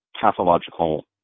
pathological